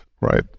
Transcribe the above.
right